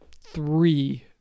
three